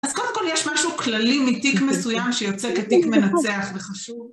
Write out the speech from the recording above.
אז קודם כל יש משהו כללי מתיק מסוים שיוצא כתיק מנצח וחשוב.